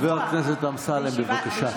חבר הכנסת אמסלם, בבקשה.